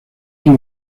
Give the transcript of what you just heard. son